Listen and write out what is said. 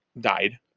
died